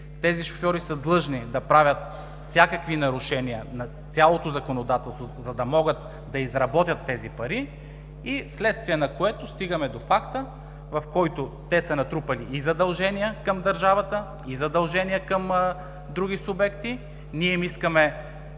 Тези шофьори са длъжни да правят всякакви нарушения на цялото законодателство, за да могат да изработят тези пари и вследствие на което стигаме до факта, в който те са натрупали и задължения към държавата, и задължения към други субекти. Ние им искаме